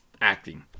acting